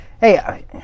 hey